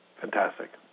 Fantastic